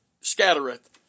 scattereth